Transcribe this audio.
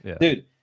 dude